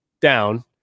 down